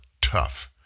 tough